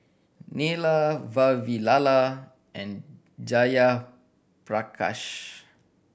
Neila Vavilala and Jayaprakash